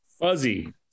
Fuzzy